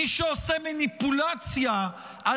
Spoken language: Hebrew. מי שעושה מניפולציה -- תודה רבה.